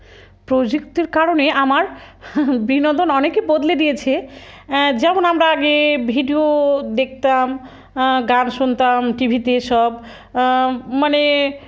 প্রযুক্তির কারণে আমার বিনোদন অনেকেই বদলে দিয়েছে যেমন আমরা আগে ভিডিও দেখতাম গান শুনতাম টিভিতে সব মানে